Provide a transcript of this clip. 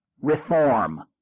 reform